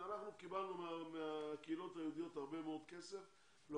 אנחנו קיבלנו מהקהילות היהודיות הרבה מאוד כסף כאשר